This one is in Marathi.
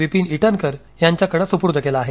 विपीन इटनकर यांच्याकडे सुपूर्द केला आहे